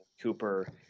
Cooper